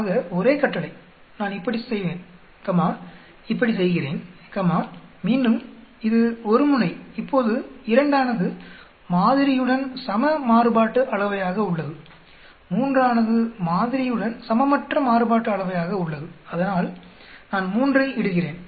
ஆக ஒரே கட்டளை நான் இப்படி செய்வேன் கம்மா இப்படி செய்கிறேன் கம்மா மீண்டும் இது ஒரு முனை இப்போது 2 ஆனது மாதிரியுடன் சம மாறுபாட்டு அளவையாக உள்ளது 3 ஆனது மாதிரியுடன் சமமற்ற மாறுபாட்டு அளவையாக உள்ளது அதனால் நான் 3 ஐ இடுகிறேன்